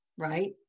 Right